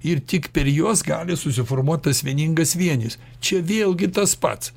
ir tik per juos gali susiformuot tas vieningas vienis čia vėlgi tas pats